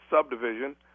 subdivision